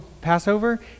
Passover